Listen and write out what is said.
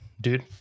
dude